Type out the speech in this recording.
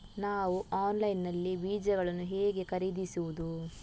ನಾವು ಆನ್ಲೈನ್ ನಲ್ಲಿ ಬೀಜಗಳನ್ನು ಹೇಗೆ ಖರೀದಿಸುವುದು?